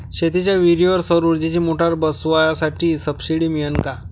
शेतीच्या विहीरीवर सौर ऊर्जेची मोटार बसवासाठी सबसीडी मिळन का?